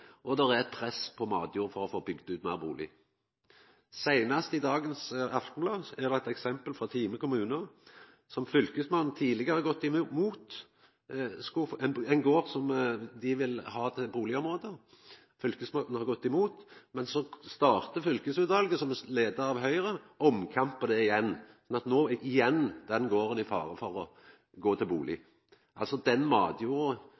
og det er eit press på matjorda for å få bygd ut fleire bustader. Seinast i dagens Stavanger Aftenblad er det eit eksempel frå Time kommune der Fylkesmannen tidlegare har gått imot å leggja eit bustadområde på ein gard. Fylkesmannen har gått imot, men så starta fylkesutvalet, som er leidd av Høgre, omkamp. No er garden igjen i fare for å gå til